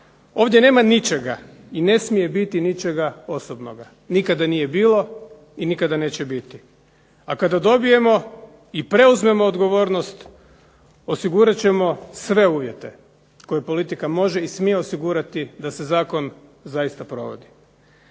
Ovdje nema ničega i ne smije biti ničega osobnoga. Nikada nije bilo i nikada neće biti. A kada dobijemo i preuzmemo odgovornost osigurat ćemo sve uvjete koje politika može i smije osigurati da se zakon zaista provodi.